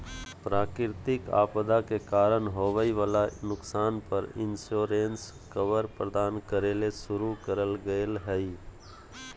प्राकृतिक आपदा के कारण होवई वला नुकसान पर इंश्योरेंस कवर प्रदान करे ले शुरू करल गेल हई